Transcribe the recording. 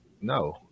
no